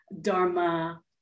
dharma